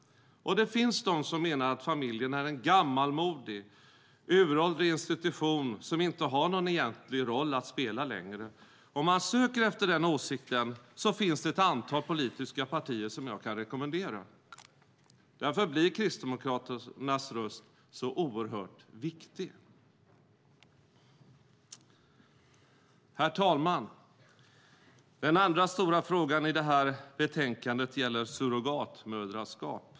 Det finns de som menar att familjen är en gammalmodig och uråldrig institution som inte har någon egentlig roll att spela längre. Om man söker efter den åsikten finns det ett antal politiska partier som jag kan rekommendera. Därför blir Kristdemokraternas röst så oerhört viktig. Herr talman! Den andra stora frågan i det här betänkandet gäller surrogatmoderskap.